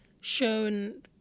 shown